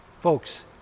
Folks